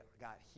got